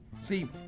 see